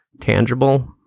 tangible